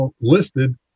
listed